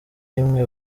rimwe